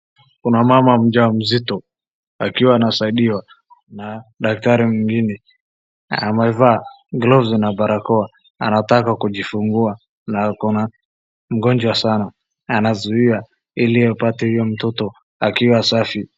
Kuna mama mjamzito akiwa anasaidiwa na daktari mwingine na amevaa gloves na barakoa anataka kujifungua na akona mgonjwa sana anazuia ili apate huyo mtoto akiwa safi.